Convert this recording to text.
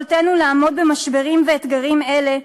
יכולתנו לעמוד במשברים ואתגרים אלה,